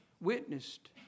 witnessed